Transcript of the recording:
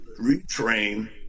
retrain